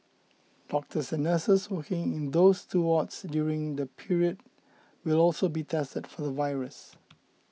doctors and nurses working in those two wards during the period will also be tested for the virus